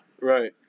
Right